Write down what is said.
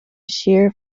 shear